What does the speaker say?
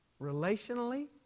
relationally